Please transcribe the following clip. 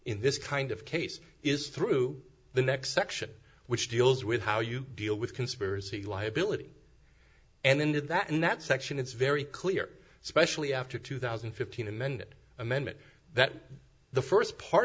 in this kind of case is through the next section which deals with how you deal with conspiracy liability and in that in that section it's very clear especially after two thousand and fifteen and then amendment that the first part